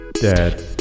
Dad